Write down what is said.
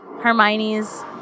Hermione's